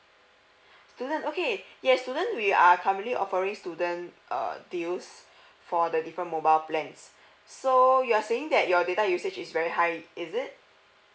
student okay yes student we are currently offering student uh deals for the different mobile plans so you're saying that your data usage is very high is it